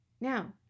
Now